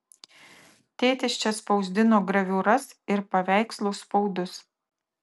tėtis čia spausdino graviūras ir paveikslų spaudus